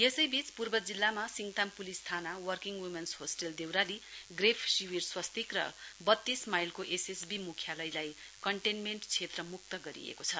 यसैबीच पूर्व जिल्लाका सिङताम पुलिस थाना working women's hostel Deurali GREF शिविर स्वास्तिक र बत्तीस माईलको एसएसबी मुख्यालयलाई कन्टेनमेन्ट क्षेत्र मुक्त गरिएको छ